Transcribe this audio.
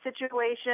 situation